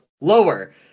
lower